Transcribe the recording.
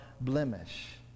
blemish